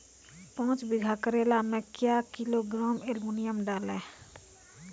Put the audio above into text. पाँच बीघा करेला मे क्या किलोग्राम एलमुनियम डालें?